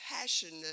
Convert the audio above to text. passionate